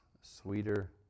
sweeter